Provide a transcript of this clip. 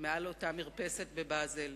מעל אותה מרפסת בבאזל.